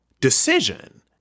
decision